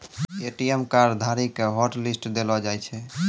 ATM card धारी के hotlist देलो जाय छै